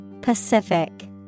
Pacific